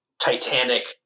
titanic